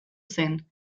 zen